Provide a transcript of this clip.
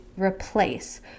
replace